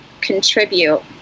contribute